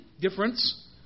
difference